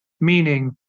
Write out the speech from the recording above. meaning